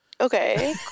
Okay